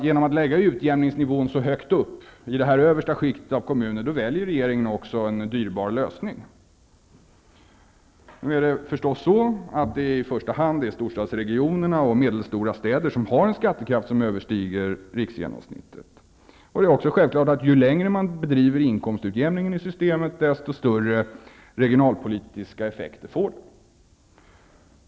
Genom att lägga utjämningsnivån så högt upp, i det översta skiktet av kommuner, så väljer regeringen en dyrbar lösning. Det är naturligtvis i första hand storstadsregionerna och medelstora städer som har en skattekraft som överstiger riksgenomsnittet. Ju längre inkomstutjämningen i systemet drivs, desto större regionalpolitiska effekter får den.